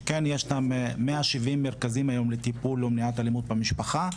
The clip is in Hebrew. שהיום ישנם 170 מרכזים לטיפול או למניעת אלימות במשפחה.